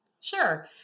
Sure